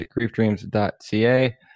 griefdreams.ca